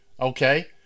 Okay